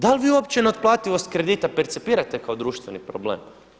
Da li vi uopće na otplativost kredita percipirate kao društveni problem?